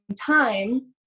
time